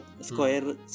square